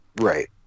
Right